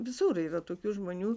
visur yra tokių žmonių